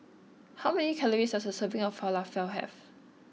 how many calories does a serving of Falafel have